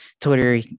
Twitter